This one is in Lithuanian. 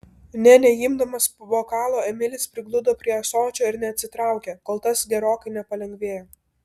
nė neimdamas bokalo emilis prigludo prie ąsočio ir neatsitraukė kol tas gerokai nepalengvėjo